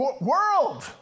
world